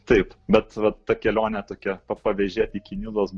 taip bet va ta kelionė tokia pa pavežėt iki nidos